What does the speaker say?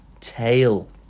tail